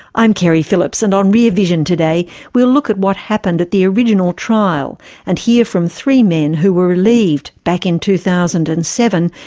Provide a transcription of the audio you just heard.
i'm keri phillips and on rear vision today we'll look at what happened at the original trial and hear from three men who were relieved, back in two thousand and seven,